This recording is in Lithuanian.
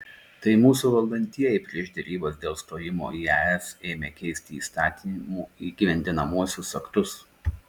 tai mūsų valdantieji prieš derybas dėl stojimo į es ėmė keisti įstatymų įgyvendinamuosius aktus